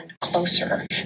closer